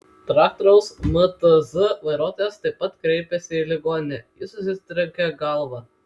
traktoriaus mtz vairuotojas taip pat kreipėsi į ligoninę jis susitrenkė galvą